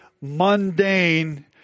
mundane